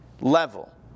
level